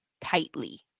tightly